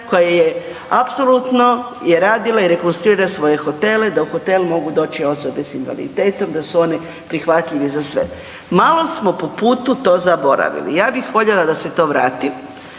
koja je apsolutno je radila i rekonstruira svoje hotele da u hotel mogu doći osobe s invaliditetom, da su one prihvatljive za sve. Malo smo po putu to zaboravili. Ja bih voljela da se to vrati.